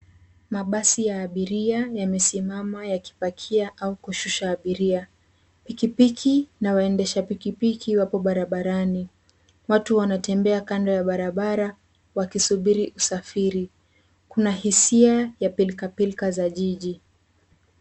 Mabasi ya abiria yamesimama yakipakia au kushusha abiria. Pikipiki na waendesha pikipiki wapo barabarani. Watu wanatembea kando ya barabara wakisubiri usafiri. Kuna hisia ya pilkapilka za jiji.